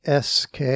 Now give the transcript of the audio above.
SK